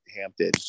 Hampton